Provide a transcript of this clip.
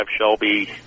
Shelby